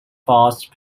fast